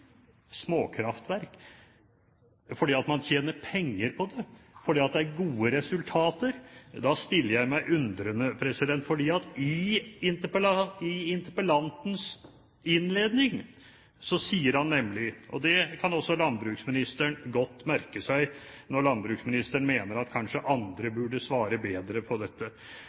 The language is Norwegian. småkraftverk fordi man tjener penger på det fordi det er gode resultater, stiller jeg meg undrende til det. For i innledningen sier interpellanten nemlig – og det kan også landbruksministeren merke seg når han mener at andre kanskje burde svare bedre på dette: